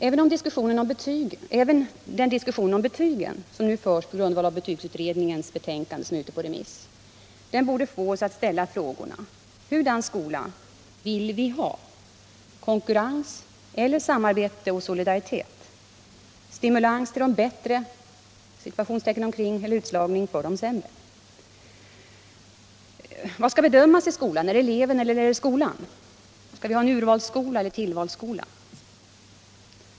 Även den diskussion om betygen som nu förs på grundval av betygsutredningens betänkande, som nu är ute på remiss, borde få oss att ställa frågorna: Hurdan skola vill vi ha: konkurrens eller samarbete och solidaritet, stimulans till de ”bättre” — utslagning för de ”sämre”? Vad skall bedömas i skolan: eleven eller skolan? Skall vi ha en urvalseller en tillvalsskola?